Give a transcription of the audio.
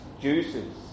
Juices